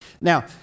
Now